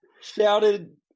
shouted